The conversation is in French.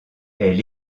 elle